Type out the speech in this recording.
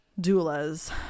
doulas